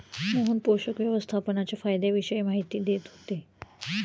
मोहन पोषक व्यवस्थापनाच्या फायद्यांविषयी माहिती देत होते